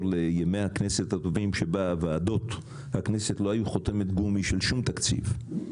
לימי הכנסת הטובים שבהם ועדות הכנסת לא היו חותמת גומי של שום תקציב.